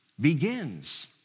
begins